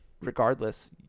regardless